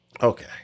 Okay